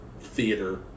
theater